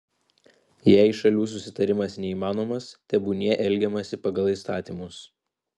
jei šalių susitarimas neįmanomas tebūnie elgiamasi pagal įstatymus